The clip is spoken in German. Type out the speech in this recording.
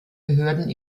behörden